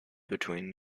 between